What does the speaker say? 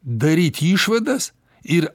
daryti išvadas ir